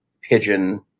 pigeon